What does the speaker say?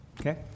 Okay